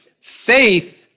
Faith